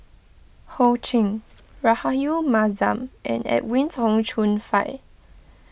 Ho Ching Rahayu Mahzam and Edwin Tong Chun Fai